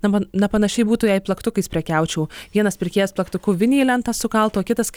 na man na panašiai būtų jei plaktukais prekiaučiau vienas pirkėjas plaktuku vinį į lentą sukaltų o kitas